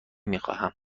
میخواهم